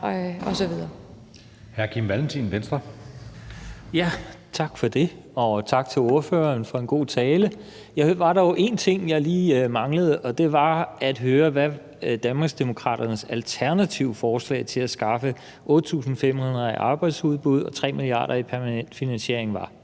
Venstre. Kl. 19:13 Kim Valentin (V): Tak for det, og tak til ordføreren for en god tale. Der var dog en ting, jeg lige manglede, og det var at høre, hvad Danmarksdemokraternes alternative forslag til at skaffe 8.500 flere borgere i arbejdsudbud og 3 mia. kr. i permanent finansiering var.